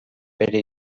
bere